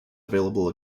available